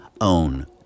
own